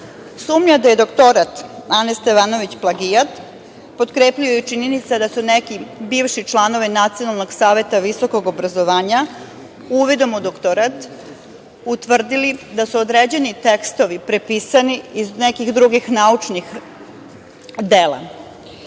Mankić. Sumnja da je doktorat Ane Stevanović plagijat potkrepljuju činjenice da su neki bivši članovi Nacionalnog saveta visokog obrazovanja uvidom u doktorat utvrdili da su određeni tekstovi prepisani iz nekih drugih naučnih dela.